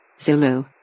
Zulu